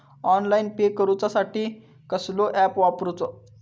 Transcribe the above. Online pay करूचा साठी कसलो ऍप वापरूचो?